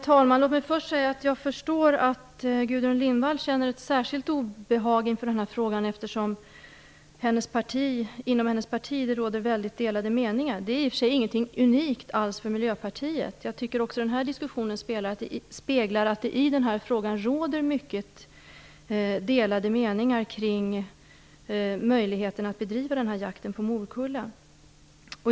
Herr talman! Jag förstår att Gudrun Lindvall känner ett särskilt obehag inför denna fråga. Inom hennes parti råder det nämligen väldigt delade meningar. I och för sig är detta inte alls något som är unikt för Miljöpartiet. Denna diskussion avspeglar att det råder mycket delade meningar kring möjligheten att bedriva jakt på morkulla.